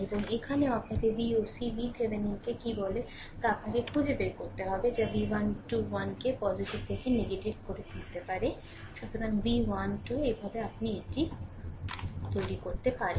এবং এখানেও আপনাকে Voc VThevenin কে কী বলে তা আপনাকে খুঁজে বের করতে হবে যা v 1 2 1 কে পজিটিভ থেকে নেগেটিভ করে তুলতে পারে সুতরাং v 1 2 এইভাবে আপনি এটি তৈরি করতে পারেন